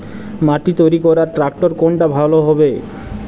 মাটি তৈরি করার ট্রাক্টর কোনটা ভালো হবে?